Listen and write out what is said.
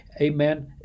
amen